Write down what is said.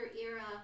era